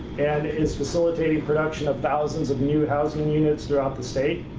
and it's facilitating production of thousands of new housing and units throughout the state.